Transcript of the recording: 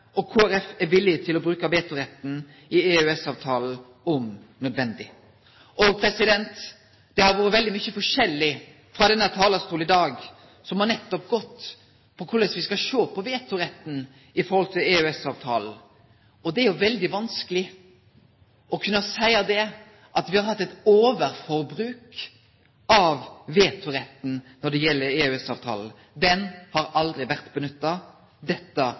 Kristelig Folkeparti er villig til å bruke vetoretten i EØS-avtalen om nødvendig. Det har vært sagt veldig mye forskjellig fra denne talerstolen i dag som nettopp har gått på hvordan vi skal se på vetoretten i forhold til EØS-avtalen. Det er veldig vanskelig å kunne si at vi har hatt et overforbruk av vetoretten når det gjelder EØS-avtalen. Den har aldri vært benyttet. Dette